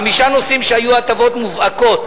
חמישה נושאים שהיו הטבות מובהקות